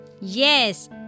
Yes